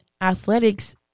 athletics